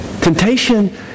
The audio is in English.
Temptation